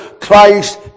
Christ